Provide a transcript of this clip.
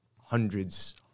hundreds